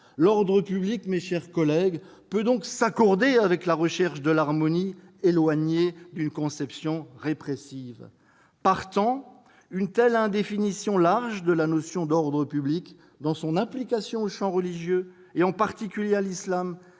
L'ordre public, mes chers collègues, peut donc s'accorder avec la recherche de l'harmonie, éloignée d'une conception répressive. Partant, une telle définition large de la notion d'ordre public, dans son application au champ religieux, et en particulier à l'islam,